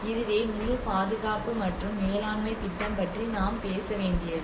இதுவே முழு பாதுகாப்பு மற்றும் மேலாண்மை திட்டம் பற்றி நாம் பேச வேண்டியது